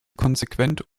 konsequent